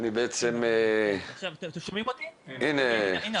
למעשה לא יכולתי להשתמש במים אז הכנתי מים והבאתי ג'ריקן של 50 ליטר,